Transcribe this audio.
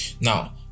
Now